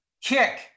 kick